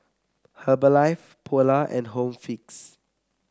Herbalife Polar and Home Fix